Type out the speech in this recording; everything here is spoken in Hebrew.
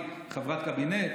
היא חברת קבינט,